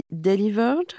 delivered